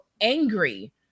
angry